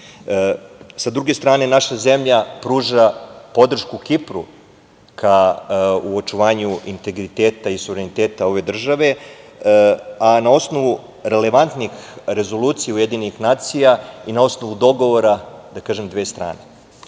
druge strane naša zemlja pruža podršku Kipru u očuvanju integriteta i suvereniteta ove države, a na osnovu relevantnih rezolucija UN i na osnovu dogovora dve strane. Kada